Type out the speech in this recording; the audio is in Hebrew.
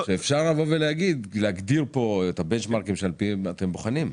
אפשר להגדיר פה את הבנצ'מרקים שעל פיהם אתם בוחנים.